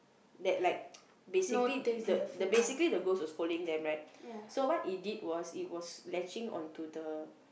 that like basically the basically the ghost was following them right so what it did was it was latching onto the